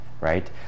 right